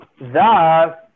Thus